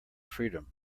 freedom